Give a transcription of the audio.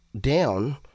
down